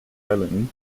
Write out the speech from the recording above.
island